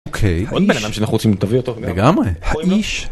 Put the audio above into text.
אוקיי, עוד בנאדם שאנחנו רוצים. תביא אותו. לגמרי. האיש.